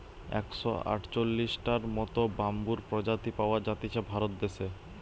একশ আটচল্লিশটার মত বাম্বুর প্রজাতি পাওয়া জাতিছে ভারত দেশে